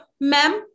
ma'am